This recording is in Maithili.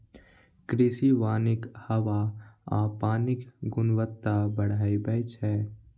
कृषि वानिक हवा आ पानिक गुणवत्ता बढ़बै छै